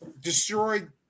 destroyed